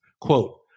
quote